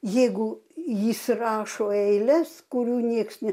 jeigu jis rašo eiles kurių nieks ne